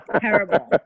Terrible